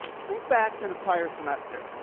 think back to an entire semester.